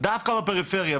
דווקא בפריפריה.